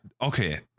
Okay